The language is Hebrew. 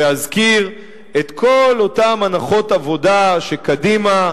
ואזכיר את כל אותן הנחות עבודה שקדימה,